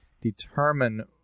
determine